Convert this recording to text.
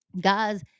guys